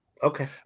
Okay